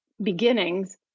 beginnings